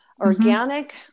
organic